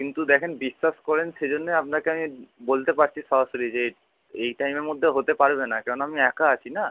কিন্তু দেখুন বিশ্বাস করুন সে জন্যই আপনাকে আমি বলতে পারছি সরাসরি যে এই টাইমের মধ্যে হতে পারবে না কারণ আমি একা আছি না